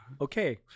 Okay